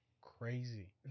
crazy